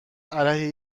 علیه